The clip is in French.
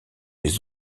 les